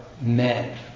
men